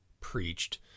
preached